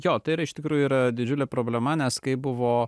jo tai yra iš tikrųjų yra didžiulė problema nes kai buvo